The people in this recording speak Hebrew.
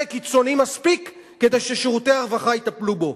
קיצוני מספיק כדי ששירותי הרווחה יטפלו בו.